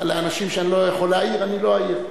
לאנשים שאני לא יכול להעיר אני לא אעיר.